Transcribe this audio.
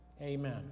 Amen